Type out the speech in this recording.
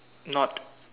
not